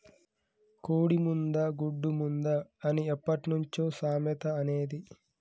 కోడి ముందా, గుడ్డు ముందా అని ఎప్పట్నుంచో సామెత అనేది